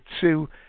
two